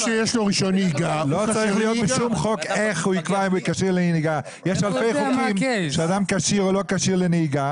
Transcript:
יש אלפי חוקים לגבי אדם כשיר או לא כשיר לנהיגה